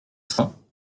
cents